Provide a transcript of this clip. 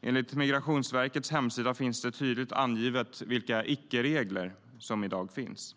Enligt Migrationsverkets hemsida finns tydligt angivet vilka "icke-regler" som i dag finns.